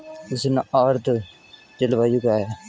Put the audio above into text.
उष्ण आर्द्र जलवायु क्या है?